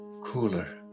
cooler